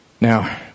Now